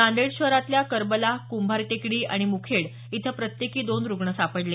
नांदेड शहरातल्या करबला कुंभार टेकडी आणि मुखेड इथं प्रत्येकी दोन रुग्ण सापडले